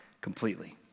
completely